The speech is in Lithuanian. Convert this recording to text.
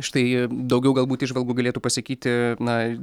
štai daugiau galbūt įžvalgų galėtų pasakyti na